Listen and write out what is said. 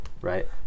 Right